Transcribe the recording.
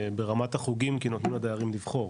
ברמת החוגים, כי נותנים לדיירים לבחור.